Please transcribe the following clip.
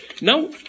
Now